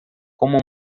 como